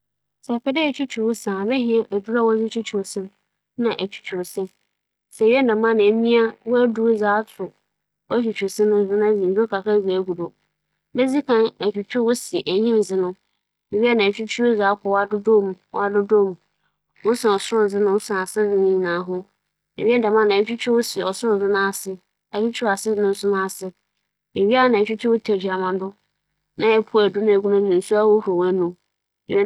Sɛ ibotwutwuw wo se yie a, odzi kan no ͻwͻ dɛ efa adze a edze botwutwuw wo se no na etsi edur tar do na ewia a esaw nsu kakra dze naanaa w'anomu na enaanaa w'anomu wie a, nna edze edur a etsi atar adze edze botwutwuw wo se no do no akͻ w'anomu nna etwutwuw wo se enyim dze no ne nyinara ho na etwutwuw w'adadaaw mu, etwutwuw w'adadaaw mu wie a, nna etwutwuw wo tɛkyerɛma do nna edze nsu ahohor w'anomu nna ewie.